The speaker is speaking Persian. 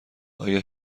آیا